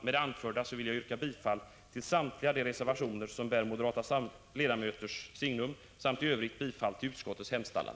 Med det anförda vill jag yrka bifall till samtliga de reservationer som bär moderata ledamöters signum samt i övrigt bifall till utskottets hemställan.